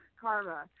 karma